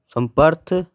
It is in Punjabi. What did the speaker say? ਸਮਪਰਥ